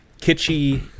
kitschy